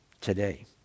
today